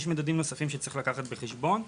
יש מדדים נוספים שצריך לקחת בחשבון,